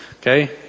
Okay